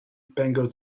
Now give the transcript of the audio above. bengal